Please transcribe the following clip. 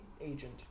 agent